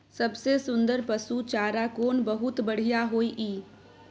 सबसे सुन्दर पसु चारा कोन बहुत बढियां होय इ?